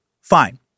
Fine